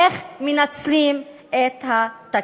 איך מנצלים את התקציב.